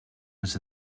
was